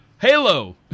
Halo